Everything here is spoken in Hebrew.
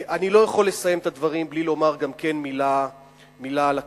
אני לא יכול לסיים את הדברים בלי לומר גם מלה על הכנסת.